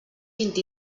vint